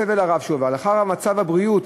לאחר הסבל הרב שהוא עבר, לנוכח מצבו הבריאותי,